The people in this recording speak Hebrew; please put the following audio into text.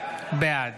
בעד